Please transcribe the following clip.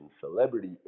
celebrity